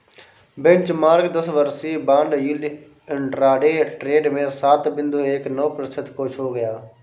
benchmark दस वर्षीय bond yield intraday trade में सात बिंदु एक नौ प्रतिशत को छू गया